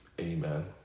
Amen